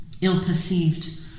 ill-perceived